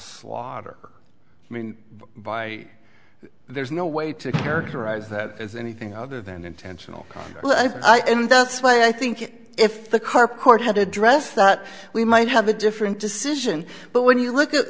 water i mean by there's no way to characterize that as anything other than intentional and that's why i think if the car court had addressed that we might have a different decision but when you look at